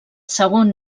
segon